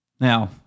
Now